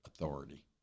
Authority